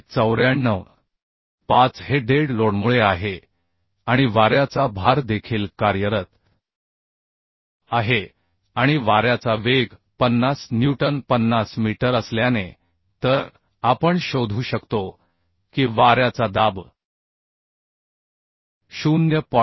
5 हे डेड लोडमुळे आहे आणि वाऱ्याचा भार देखील कार्यरत आहे आणि वाऱ्याचा वेग 50 न्यूटन 50 मीटर असल्याने तर आपण शोधू शकतो की वाऱ्याचा दाब 0